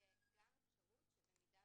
וגם אפשרות שבמידה